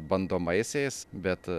bandomaisiais bet